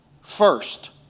first